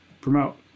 promote